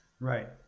Right